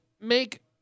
make